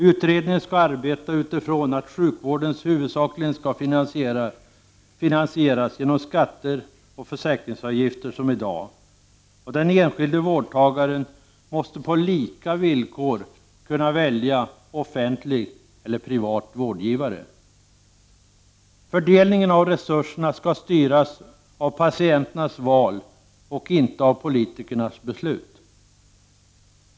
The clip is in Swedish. Utredningen skall arbeta utifrån det faktum att sjukvården huvudsakligen skall finansieras genom skatter och försäkringsavgifter — som i dag. Den enskilde vårdtagaren måste — och det skall vara lika villkor — kunna välja mellan offentlig eller privat vårdgivare. Fördelningen av resurserna skall styras av patienternas val och inte av politikernas beslut.